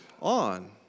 on